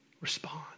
respond